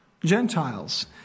Gentiles